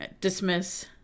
dismiss